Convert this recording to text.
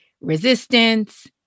resistance